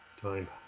time